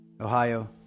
Ohio